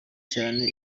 cyane